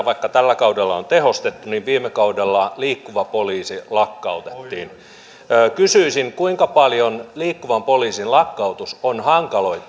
vaikka tällä kaudella on tehostettu niin viime kaudella yhtenä osa alueena liikkuva poliisi lakkautettiin kysyisin kuinka paljon liikkuvan poliisin lakkautus on on